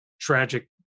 tragic